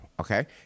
Okay